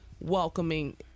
welcoming